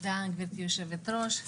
תודה גברתי יושב הראש.